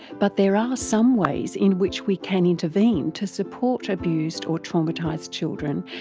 but there are some ways in which we can intervene to support abused or traumatised children,